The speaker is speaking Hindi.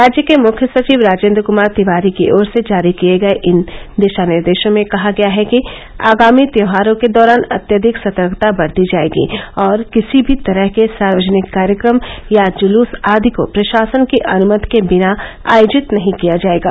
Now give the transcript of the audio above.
राज्य के मुख्य सचिव राजेन्द्र कुमार तिवारी की ओर से जारी किए गए इन दिशानिर्देशों में कहा गया है कि आगामी त्योहारों के दौरान अत्यधिक सतर्कता बरती जायेगी और किसी भी तरह के सार्वजनिक कार्यक्रम या जुलूस आदि को प्रशासन की अनुमति के बिना आयोजित नहीं किया जाएगा